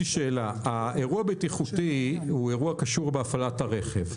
אירוע בטיחותי הוא אירוע הקשור בהפעלת הרכב.